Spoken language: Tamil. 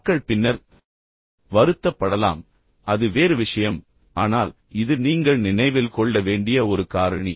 மக்கள் பின்னர் வருத்தப்படலாம் அது வேறு விஷயம் ஆனால் இது நீங்கள் நினைவில் கொள்ள வேண்டிய ஒரு காரணி